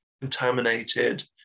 contaminated